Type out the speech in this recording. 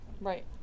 right